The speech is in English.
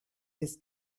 this